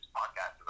podcast